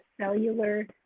cellular